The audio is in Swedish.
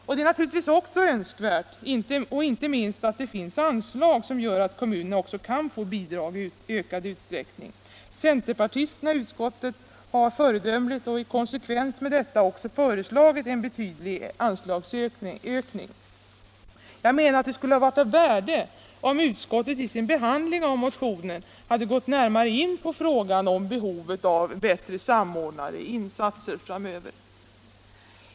Detta är naturligtvis också önskvärt, liksom det är önskvärt att det finns anslag, så att kommunerna kan få bidrag i ökad utsträckning. Centerpartisterna i utskottet har föredömligt och i konsekvens med detta också föreslagit en betydande anslagsökning. Jag menar att det skulle ha varit av värde om utskottet i sin behandling av motionen hade gått närmare in på frågan om behovet av bättre samordnade insatser framöver.